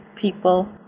people